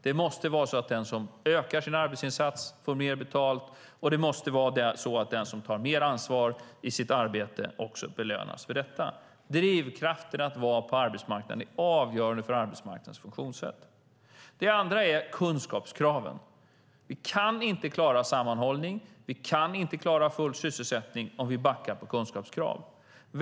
Det måste vara så att den som ökar sin arbetsinsats får mer betalat, och det måste vara så att den som tar mer ansvar i sitt arbete också belönas för detta. Drivkraften att vara på arbetsmarknaden är avgörande för arbetsmarknadens funktionssätt. Det andra är kunskapskraven. Vi kan inte klara sammanhållning och full sysselsättning om vi backar på kunskapskraven.